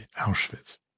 Auschwitz